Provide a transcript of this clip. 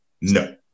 No